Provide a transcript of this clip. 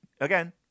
again